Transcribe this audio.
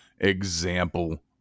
example